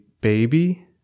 baby